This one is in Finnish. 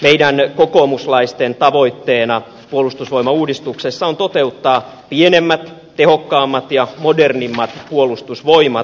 meidän kokoomuslaisten tavoitteena puolustusvoimauudistuksessa on toteuttaa pienemmät tehokkaammat ja modernimmat puolustusvoimat